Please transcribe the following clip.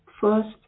first